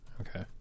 okay